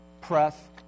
Press